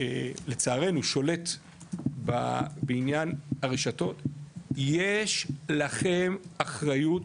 לצערנו, שולט בעניין הרשתות, יש לכם אחריות